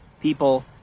People